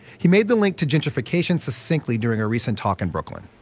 he made the link to gentrification succinctly during a recent talk in brooklyn